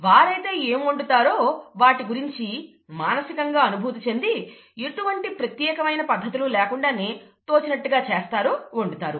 వారైతే ఏం వండుతారో వాటి గురించి మానసికంగా అనుభూతి చెంది ఎటువంటి ప్రత్యేకమైన పద్ధతులు లేకుండా తోచినట్టుగా చేస్తారు వండుతారు